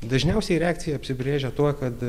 dažniausiai reakcija apsibrėžia tuo kad